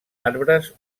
arbres